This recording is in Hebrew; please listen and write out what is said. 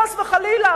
חס וחלילה.